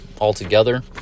altogether